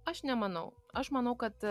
aš nemanau aš manau kad